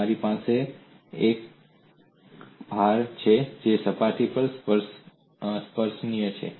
મારી પાસે એક ભાર છે જે સપાટી પર સ્પર્શનીય છે